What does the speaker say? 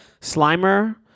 Slimer